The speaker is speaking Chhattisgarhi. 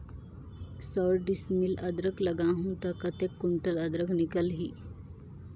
सौ डिसमिल अदरक लगाहूं ता कतेक कुंटल अदरक निकल ही?